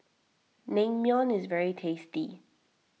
Naengmyeon is very tasty